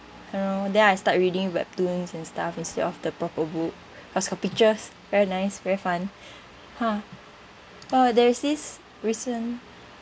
you know then I start reading webtoons and stuff instead of the proper book cause got pictures very nice very fun !huh! oh there's this recent